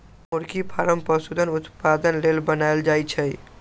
मुरगि फारम पशुधन उत्पादन लेल बनाएल जाय छै